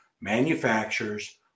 manufacturers